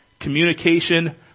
Communication